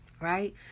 Right